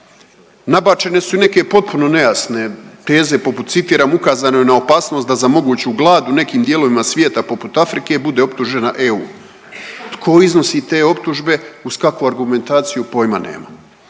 Nabačene su neke potpuno nejasne teze poput citiram ukazano je na opasnost da za moguću glad u nekim dijelovima svijeta poput Afrike bude optužena EU. Tko iznosi te optužbe, uz kakvu argumentaciju poima nemam.